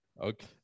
Okay